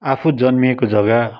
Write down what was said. आफू जन्मिएको जग्गा